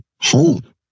home